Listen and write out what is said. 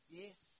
yes